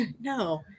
No